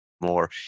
More